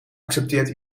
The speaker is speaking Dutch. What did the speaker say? accepteert